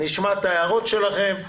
נשמע את ההערות שלכם,